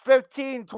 Fifteen